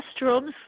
restrooms